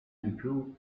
improve